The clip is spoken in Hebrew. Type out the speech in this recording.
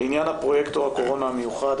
לעניין פרויקטור הקורונה המיוחד,